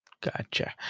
Gotcha